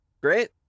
great